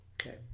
Okay